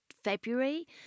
February